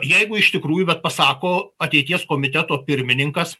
jeigu iš tikrųjų bet pasako ateities komiteto pirmininkas